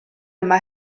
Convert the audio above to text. yma